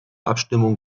abstimmung